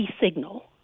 signal